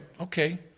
okay